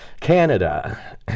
Canada